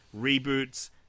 reboots